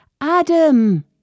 Adam